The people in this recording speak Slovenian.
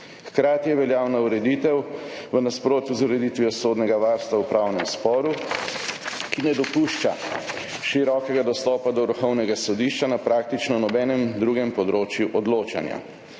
Hkrati je veljavna ureditev v nasprotju z ureditvijo sodnega varstva v upravnem sporu, ki ne dopušča širokega dostopa do Vrhovnega sodišča na praktično nobenem drugem področju odločanja.